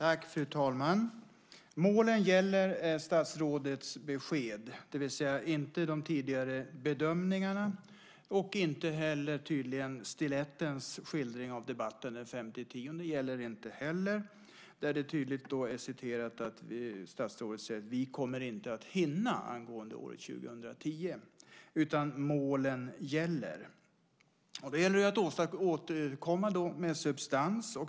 Fru talman! Målen gäller, är statsrådets besked, det vill säga inte de tidigare bedömningarna och tydligen inte heller Stilettens skildring av debatten den 5 oktober. Den gäller inte heller, där det tydligt är citerat att statsrådet säger att man inte kommer att hinna angående år 2010. Målen gäller. Det gäller att återkomma med substans.